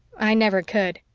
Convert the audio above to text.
i never could.